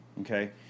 Okay